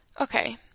Okay